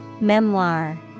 Memoir